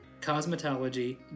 cosmetology